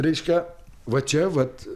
reiškia va čia vat